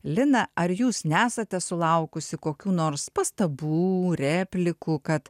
lina ar jūs nesate sulaukusi kokių nors pastabų replikų kad